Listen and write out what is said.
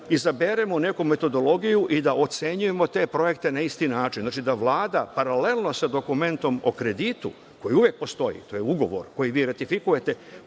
izaberemo neku metodologiju i da ocenjujemo te projekte na isti način. Znači, da Vlada paralelno sa dokumentom o kreditu, koji uvek postoji, to je ugovor koji vi ratifikujete,